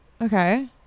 Okay